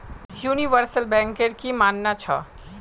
universal banker की मानना छ